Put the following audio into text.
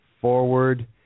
forward